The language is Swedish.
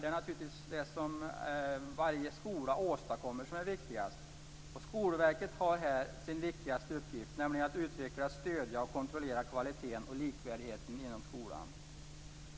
Det är naturligtvis det som varje skola åstadkommer som är viktigast. Skolverket har här sin viktigaste uppgift, nämligen att utveckla, stödja och kontrollera kvaliteten och likvärdigheten inom skolan.